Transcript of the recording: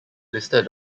listed